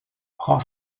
prend